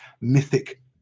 mythic